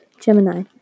Gemini